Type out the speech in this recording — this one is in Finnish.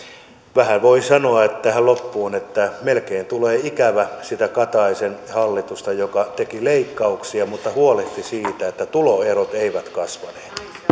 vähän voi sanoa tähän loppuun että melkein tulee ikävä sitä kataisen hallitusta joka teki leikkauksia mutta huolehti siitä että tuloerot eivät kasvaneet